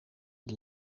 het